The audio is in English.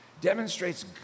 demonstrates